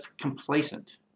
complacent